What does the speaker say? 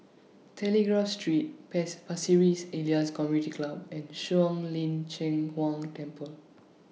Telegraph Street pace Pasir Ris Elias Community Club and Shuang Lin Cheng Huang Temple